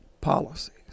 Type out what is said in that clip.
policies